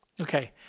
Okay